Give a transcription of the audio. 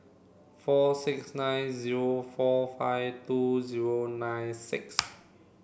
four six nine zero four five two zero nine six